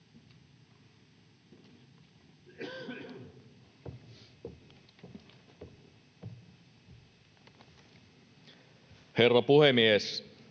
Herra puhemies!